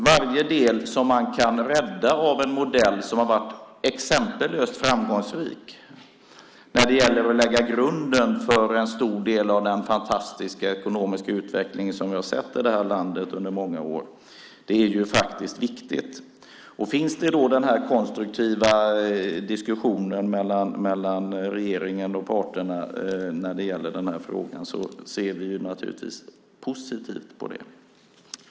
Varje del som man kan rädda av en modell som har varit exempellöst framgångsrik när det gäller att lägga grunden för en stor del av den fantastiska ekonomiska utveckling som vi har sett i det här landet under många år är viktig. Finns då den konstruktiva diskussionen mellan regeringen och parterna när det gäller den här frågan ser vi naturligtvis positivt på det.